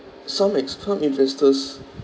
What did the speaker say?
some ex~ some investors